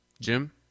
Jim